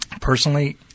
Personally